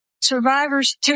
Survivors